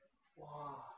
!wah!